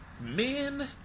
Men